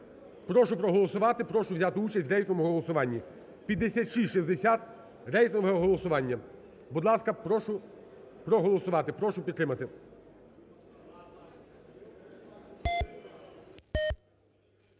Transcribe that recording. Прошу проголосувати, прошу взяти участь в рейтинговому голосуванні, 5660, рейтингове голосування. Будь ласка, прошу проголосувати, прошу підтримати.